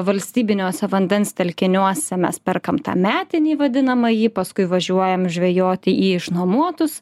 valstybiniuose vandens telkiniuose mes perkam tą metinį vadinamąjį paskui važiuojame žvejoti į išnuomotus